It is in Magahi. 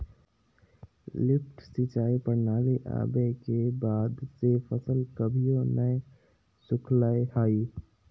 लिफ्ट सिंचाई प्रणाली आवे के बाद से फसल कभियो नय सुखलय हई